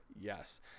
Yes